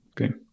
Okay